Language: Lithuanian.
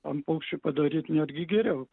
tam paukščiui padaryt netgi geriau